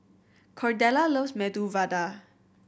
Cordella loves Medu Vada